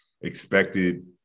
expected